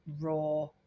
raw